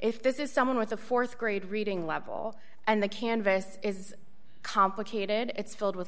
if this is someone with a th grade reading level and the canvas is complicated it's filled with